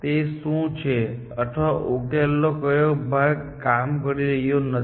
તે શું છે અથવા ઉકેલ નો કયો ભાગ કામ કરી રહ્યો નથી